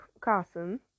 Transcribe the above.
Carson